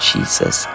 Jesus